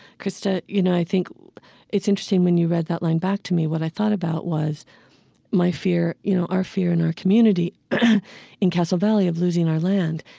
krista, you know, i think it's interesting when you read that line back to me what i thought about was my fear, you know, our fear in our community in castle valley of losing our land.